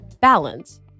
balance